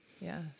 yes